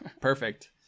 Perfect